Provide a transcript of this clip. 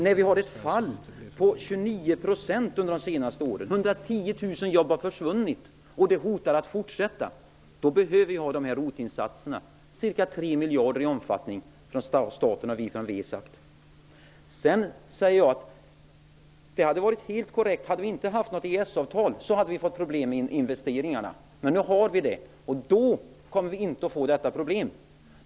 Det har skett ett fall på 29 % under de senaste åren -- 110 000 jobb har försvunnit -- och det hotar att fortsätta. Då behöver vi ha ROT-insatserna, ca 3 miljarder i omfattning från staten, som vi har sagt. Sedan säger jag att hade vi inte haft något EES avtal hade vi fått problem med investeringarna. Men nu har vi ett sådant avtal, och då kommer vi inte att få de problemen.